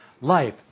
Life